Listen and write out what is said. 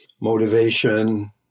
motivation